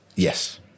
Yes